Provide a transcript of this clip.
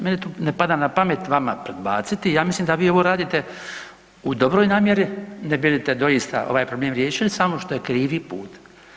Meni tu ne pada na pamet vama predbaciti ja mislim da vi ovo radite u dobroj namjeri ne bi li te doista ovaj problem riješili samo što je krivi put.